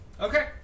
Okay